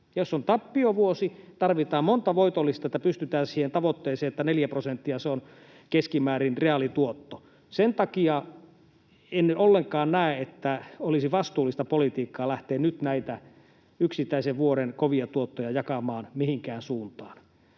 Jos on tappiovuosi, tarvitaan monta voitollista, että pystytään siihen tavoitteeseen, että 4 prosenttia on keskimäärin reaalituotto. Sen takia en ollenkaan näe, että olisi vastuullista politiikkaa lähteä nyt näitä yksittäisen vuoden kovia tuottoja jakamaan mihinkään suuntaan.